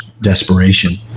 Desperation